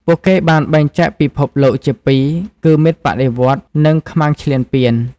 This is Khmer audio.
ពួកគេបានបែងចែកពិភពលោកជាពីរ គឺ «មិត្តបដិវត្តន៍» និង «ខ្មាំងឈ្លានពាន»។